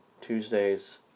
Tuesdays